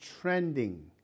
trending